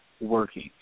working